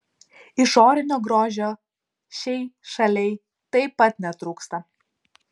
išorinio grožio šiai šaliai taip pat netrūksta